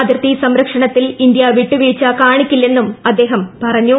അതിർത്തി സംരക്ഷണത്തിൽ ഇന്ത്യ വിട്ടുവീഴ്ച കാണിക്കില്ലെന്നും അദ്ദേഹം പറഞ്ഞു